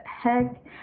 heck